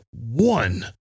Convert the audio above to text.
one